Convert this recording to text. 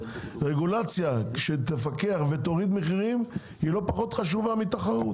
רגולציה שתפקח ותוריד מחירים היא לא פחות חשובה מתחרות.